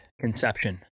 conception